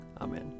Amen